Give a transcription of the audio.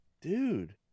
dude